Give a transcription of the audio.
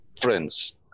Friends